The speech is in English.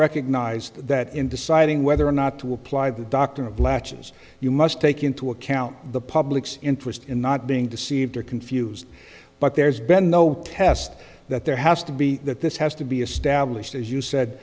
recognized that in deciding whether or not to apply the doctrine of latches you must take into account the public's interest in not being deceived or confused but there's been no test that there has to be that this has to be established as you said